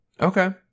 Okay